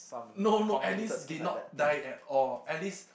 no no Alice did not die at all Alice